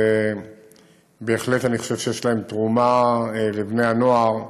ובהחלט אני חושב שיש להם תרומה לבני הנוער,